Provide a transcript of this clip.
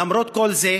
למרות כל זה,